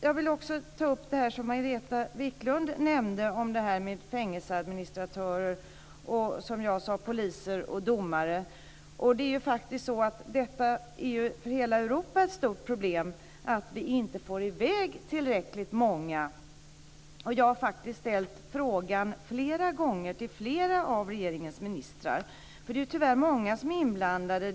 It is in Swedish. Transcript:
Jag vill också ta upp det som Margareta Viklund nämnde om fängelseadministratörer och det som jag sade om poliser och domare. Detta är faktiskt ett stort problem för hela Europa att vi inte får i väg tillräckligt många. Jag har faktiskt ställt denna fråga flera gånger till flera av regeringens ministrar. Det är tyvärr många som är inblandade.